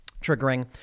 triggering